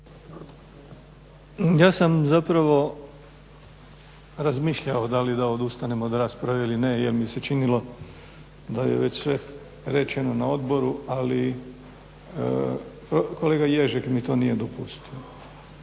Ja sam zapravo razmišljao da li da odustanem od rasprave ili ne jer mi se činilo da je već sve rečeno na odboru ali kolega Ježek mi to nije dopustio.